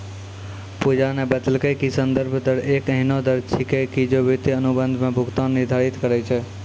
पूजा न बतेलकै कि संदर्भ दर एक एहनो दर छेकियै जे वित्तीय अनुबंध म भुगतान निर्धारित करय छै